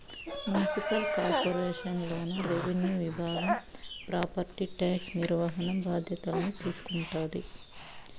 municipal corporation లోన revenue విభాగం property tax నిర్వహణ బాధ్యతల్ని తీసుకుంటాది